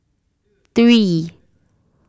three